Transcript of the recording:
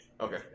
Okay